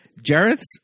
Jareth's